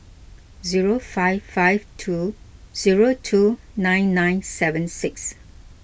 zero five five two zero two nine nine seven six